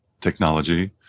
technology